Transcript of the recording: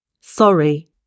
Sorry